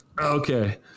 Okay